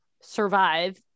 survive